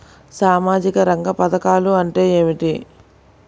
సామాజిక రంగ పధకాలు అంటే ఏమిటీ?